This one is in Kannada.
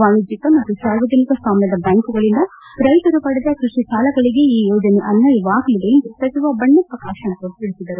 ವಾಣಿಜ್ಠಿಕ ಮತ್ತು ಸಾರ್ವಜನಿಕ ಸಾಮ್ಯದ ಬ್ಡಾಂಕುಗಳಿಂದ ರೈತರು ಪಡೆದ ಕೃಷಿ ಸಾಲಗಳಿಗೆ ಈ ಯೋಜನೆ ಅನ್ವಯವಾಗಲಿದೆ ಎಂದು ಸಚಿವ ಬಂಡೆಪ್ಪ ಕಾಶಂಪೂರ್ ತಿಳಿಸಿದರು